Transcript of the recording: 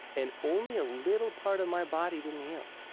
and only a little part of my body didn't heal.